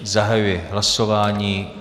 Zahajuji hlasování.